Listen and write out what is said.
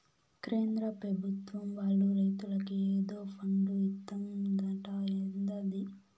కేంద్ర పెభుత్వం వాళ్ళు రైతులకి ఏదో ఫండు ఇత్తందట ఏందది